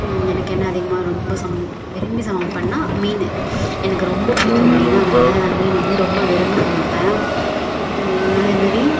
எனக்கு என்ன அதிகமாக ரொம்ப சம் விரும்பி சமைப்பேன்னா மீன் எனக்கு ரொம்ப பிடிக்கும் மீன் அதனால் மீன் வந்து ரொம்ப விரும்பி சமைப்பேன் அதேமாரி